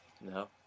No